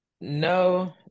No